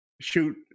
shoot